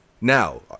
Now